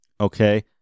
okay